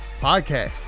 Podcast